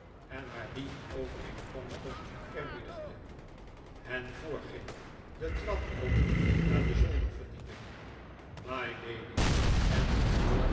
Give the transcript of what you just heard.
en haar dienovereenkomstig eerbiedigde hen voorging de trap op naar de zolderverdieping mylady en den